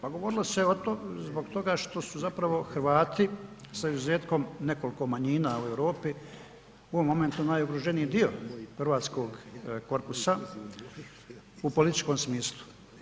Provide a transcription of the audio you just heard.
Pa govorilo se zbog toga što su zapravo Hrvati sa izuzetkom nekoliko manjina u Europi u ovom momentu najugroženiji dio hrvatskog korupsa u političkom smislu.